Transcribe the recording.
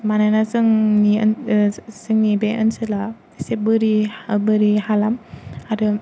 मानोना जोंनि ओन जोंनि बे ओनसोला एसे बोरि हालाम आरो